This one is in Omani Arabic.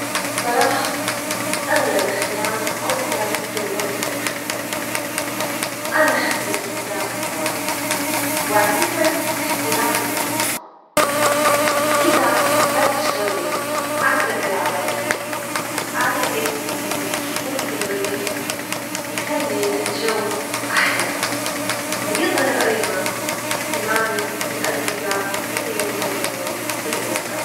صراحة، أغلب الأحيان أوصل في الوجت المحدد، أنا أحب الالتزام بالمواعيد وأعتبره احترام للأصدجاء، إذا تأخرت شوية أعتذر على طول، أعتجد إن الوصول في الوقت يخلي الجو أحلى ويظهر أيضًا اهتمامي بالأصدجاء اللي ينتظروني في الوجت.